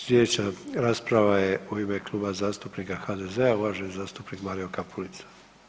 Slijedeća rasprava je u ime Kluba zastupnika HDZ-a, uvaženi zastupnik Mario Kapulica.